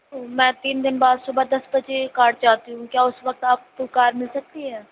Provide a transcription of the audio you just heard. تو میں تین دِن بعد صُبح دس بجے کار چاہتی ہوں کیا اُس وقت آپ کو کار مِل سکتی ہے